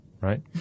right